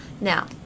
Now